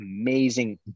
amazing